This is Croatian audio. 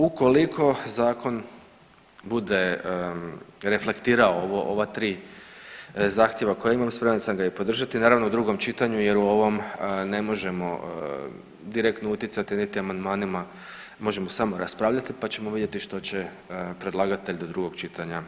Ukoliko zakon bude reflektirao ova tri zahtjeva koja imam spreman sam ga i podržati naravno u drugom čitanju jer u ovom ne možemo direktno utjecati niti amandmanima, možemo samo raspravljati pa ćemo vidjeti što će predlagatelj do drugog čitanja učiniti.